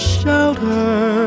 shelter